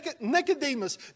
Nicodemus